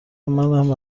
منم